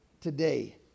today